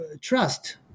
trust